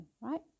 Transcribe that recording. right